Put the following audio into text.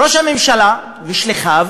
ראש הממשלה ושליחיו